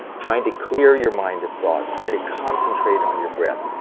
trying to clear your mind of thought, trying to concentrate on your breathe.